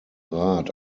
rat